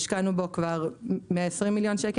השקענו בו כבר 120 מיליון שקל,